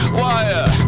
wire